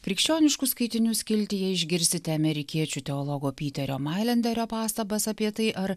krikščioniškų skaitinių skiltyje išgirsite amerikiečių teologo pyterio mailenderio pastabas apie tai ar